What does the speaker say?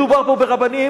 מדובר פה ברבנים